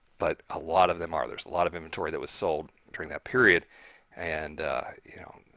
but a lot of them are there's a lot of inventory that was sold during that period and you know,